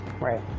right